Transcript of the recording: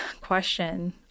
question